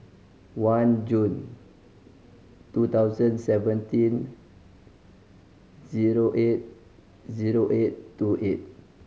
one June two thousand seventeen zero eight zero eight two eight